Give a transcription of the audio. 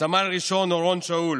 סמל ראשון אורון שאול